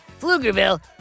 Pflugerville